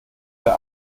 der